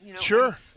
Sure